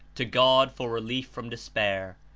to god for relief from despair.